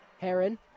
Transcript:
Heron